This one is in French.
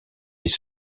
des